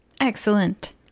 Excellent